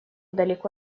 далеко